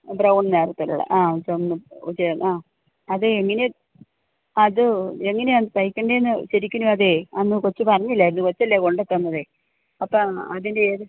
brown നിറത്തിലുള്ള ആ ചുമന്ന ചേര്ന്ന ആ അത് എങ്ങനെ അത് എങ്ങനെയാണ് തയ്ക്കേണ്ടതെന്ന് ശരിക്കും അതേ അന്ന് കൊച്ച് പറഞ്ഞില്ലായിരുന്നു കൊച്ചല്ലേ കൊണ്ടു തന്നത് അപ്പം അതിന്റെ ഏത്